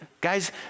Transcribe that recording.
guys